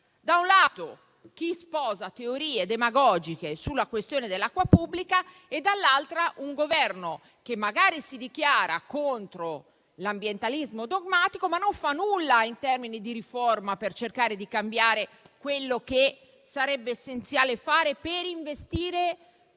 da un lato, chi sposa teorie demagogiche sulla questione dell'acqua pubblica e, dall'altro, un Governo che magari si dichiara contro l'ambientalismo dogmatico, ma non fa nulla in termini di riforma per cercare di cambiare e fare ciò quello che sarebbe essenziale per investire